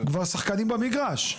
כבר שחקנים במגרש.